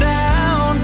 down